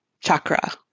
Chakra